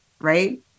right